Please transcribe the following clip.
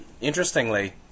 interestingly